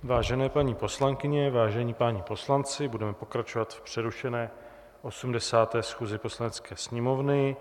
Vážené paní poslankyně, vážení páni poslanci, budeme pokračovat v přerušené 80. schůzi Poslanecké sněmovny.